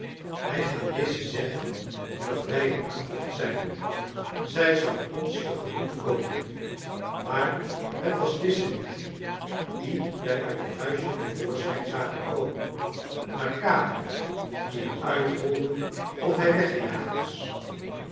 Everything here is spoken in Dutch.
hij gaat lize zeggen dat wij in aantocht zijn zij zal ons tegemoet komen maar het was lize niet die wij uit het huisje te voorschijn zagen komen maar capi die er uitholde of hij weggejaagd was